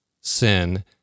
sin